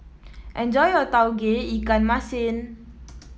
enjoy your Tauge Ikan Masin